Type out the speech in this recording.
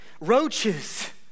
roaches